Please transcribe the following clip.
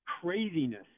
craziness